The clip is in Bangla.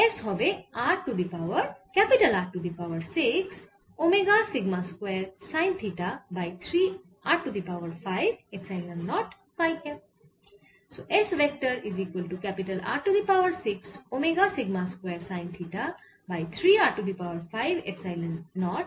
S হবে R to the power 6 omega sigma square sine theta by 3 r to the power 5 epsilon naught phi cap